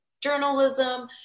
journalism